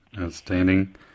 Outstanding